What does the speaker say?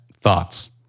thoughts